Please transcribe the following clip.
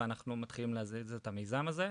ואנחנו מתחילים להזיז את המיזם הזה.